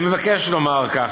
אני מבקש לומר כך.